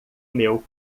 meu